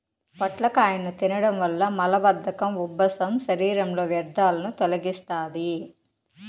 పొట్లకాయను తినడం వల్ల మలబద్ధకం, ఉబ్బసం, శరీరంలో వ్యర్థాలను తొలగిస్తాది